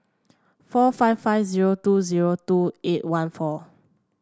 four five five zero two zero two eight one four